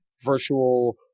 virtual